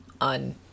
on